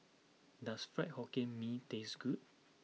does Fried Hokkien Mee taste good